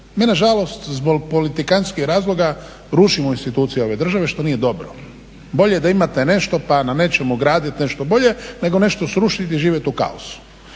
Mi nažalost zbog politikantskih razloga rušimo institucije ove države, što nije dobro. Bolje je da imate nešto pa na nečemu graditi nešto bolje nego nešto srušiti i živjet u kaosu.